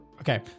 Okay